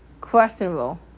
questionable